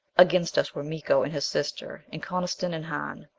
against us were miko and his sister, and coniston and hahn.